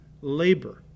labor